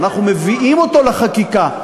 ואנחנו מביאים אותו לחקיקה,